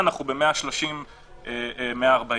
אסירים וכלואים),